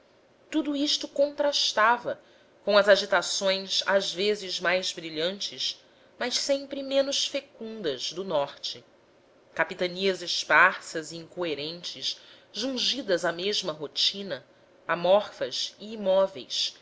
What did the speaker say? tudo isto contrastava com as agitações às vezes mais brilhantes mas sempre menos fecundas do norte capitanias esparsas e incoerentes jungidas à mesma rotina amorfas e imóveis